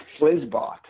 Flizbot